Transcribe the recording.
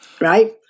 right